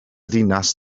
ddinas